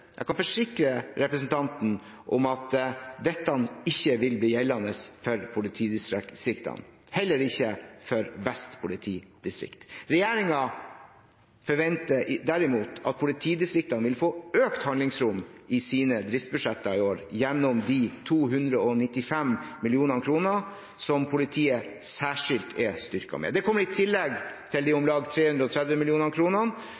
representanten om at dette ikke vil bli gjeldende for politidistriktene, heller ikke for Vest politidistrikt. Regjeringen forventer derimot at politidistriktene vil få økt handlingsrom i sine driftsbudsjetter i år gjennom de 295 mill. kr som politiet særskilt er styrket med. Det kommer i tillegg til om lag 330 mill. kr for å sikre at de